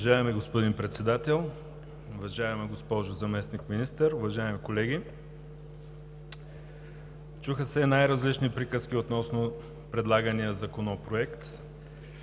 Уважаеми господин Председател, уважаема госпожо Заместник-министър, уважаеми колеги! Чуха се най-различни приказки относно предлагания законопроект